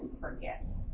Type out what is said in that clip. forget